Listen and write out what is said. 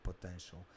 potential